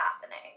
happening